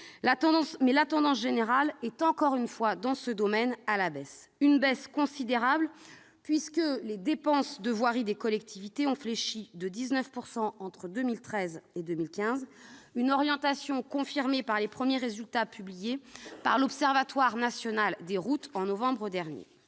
la tendance générale est encore une fois à la baisse dans ce domaine. Il s'agit d'ailleurs d'une baisse considérable, puisque les dépenses de voirie des collectivités ont fléchi de 19 % entre 2013 et 2015. Cette orientation est confirmée par les premiers résultats publiés par l'Observatoire national de la route en novembre dernier.